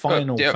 Final